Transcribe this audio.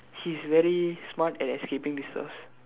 he's very smart and escaping this stuff